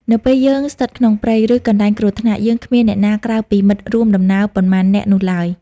នៅពេលយើងស្ថិតក្នុងព្រៃ ឬកន្លែងគ្រោះថ្នាក់ យើងគ្មានអ្នកណាក្រៅពីមិត្តរួមដំណើរប៉ុន្មាននាក់នោះឡើយ។